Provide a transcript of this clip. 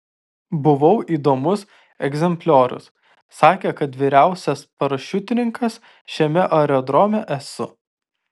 buvau įdomus egzempliorius sakė kad vyriausias parašiutininkas šiame aerodrome esu